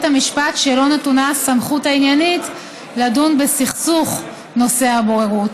המשפט שלו נתונה הסמכות העניינית לדון בסכסוך נושא הבוררות.